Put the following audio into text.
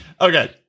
Okay